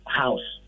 house